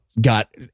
got